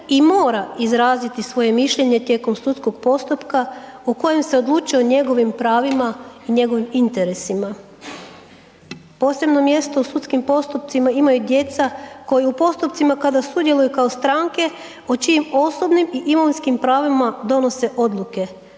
i mora izraziti svoje mišljenje tijekom sudskog postupka u kojem se odlučuje u njegovim pravima i njegovim interesima. Posebno mjesto u sudskim postupcima imaju djeca koja u postupcima kada sudjeluju kao stranke o čijim osobnim i imovinskim pravima donose odluke,